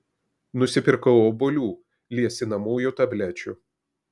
nusipirkau obuolių liesinamųjų tablečių